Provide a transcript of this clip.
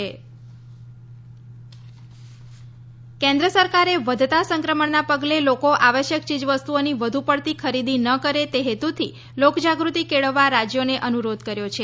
ખરીદી લોકજાગૃતિ કેન્દ્ર સરકારે વધતા સંક્રમણના પગલે લોકો આવશ્યક ચીજવસ્તુઓની વધુ પડતી ખરીદી ન કરે તે હેતુથી લોકજાગૃતિ કેળવવા રાજ્યોને અનુરોધ કર્યો છે